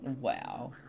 Wow